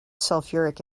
sulfuric